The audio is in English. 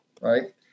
right